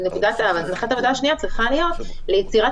הנחת העבודה השנייה צריכה להיות יצירת